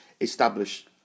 establish